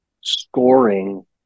scoring